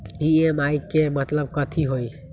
EMI के मतलब कथी होई?